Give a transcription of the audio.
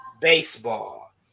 baseball